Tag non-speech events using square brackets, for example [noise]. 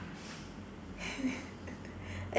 [laughs]